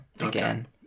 again